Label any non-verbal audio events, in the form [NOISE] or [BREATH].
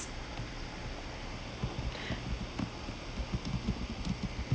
[BREATH]